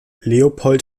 leopold